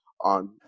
on